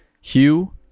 hugh